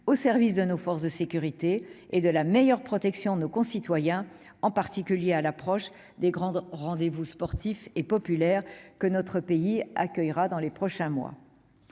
au service de nos forces de sécurité et d'une meilleure protection de nos concitoyens, en particulier à l'approche des grands rendez-vous sportifs et populaires que notre pays accueillera dans les prochains mois.